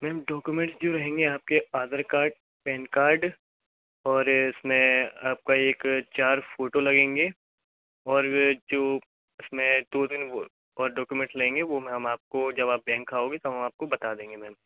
ma'am documents जो रहेंगे आपके आधार कार्ड पेन कार्ड और इसमें आपका एक चार फ़ोटो लगेंगे और जो उसमें दो तीन और डॉक्युमेंट्स लगेंगे वो मैं आपको जब आप बैंक आओगे तब हम आपको बता देंगे मैम